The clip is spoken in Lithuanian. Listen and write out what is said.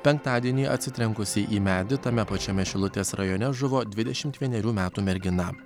penktadienį atsitrenkusi į medį tame pačiame šilutės rajone žuvo dvidešimt vienerių metų mergina